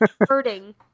Hurting